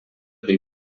bei